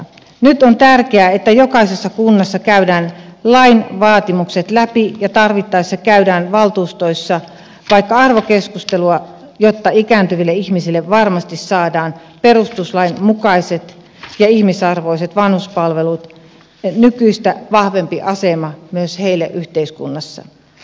nyt on tärkeää että jokaisessa kunnassa käydään lain vaatimukset läpi ja tarvittaessa käydään valtuustoissa vaikka arvokeskustelua jotta ikääntyville ihmisille varmasti saadaan perustuslain mukaiset ja ihmisarvoiset vanhuspalvelut nykyistä vahvempi asema myös heille yhteiskunnassa